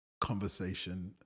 conversation